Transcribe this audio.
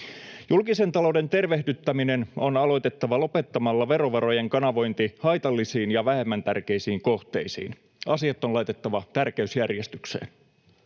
Julkisen talouden tervehdyttäminen on aloitettava lopettamalla verovarojen kanavointi haitallisiin ja vähemmän tärkeisiin kohteisiin. Asiat on laitettava tärkeysjärjestykseen.